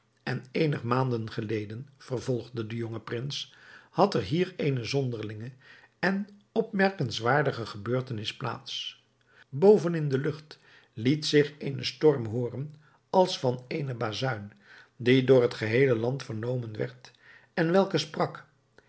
en eenig maanden geleden vervolgde de jonge prins had er hier eene zeer zonderlinge en opmerkenswaardige gebeurtenis plaats boven in de lucht liet zich eene stem hooren als van eene bazuin die door het geheele land vernomen werd en welke sprak